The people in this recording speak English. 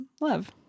love